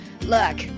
look